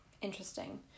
interesting